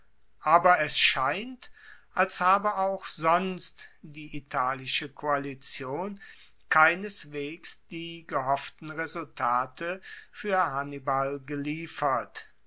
aber es scheint als habe auch sonst die italische koalition keineswegs die gehofften resultate fuer hannibal geliefert